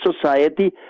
society